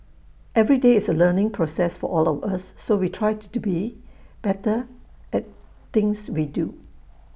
every day is A learning process for all of us so we try to be better at things we do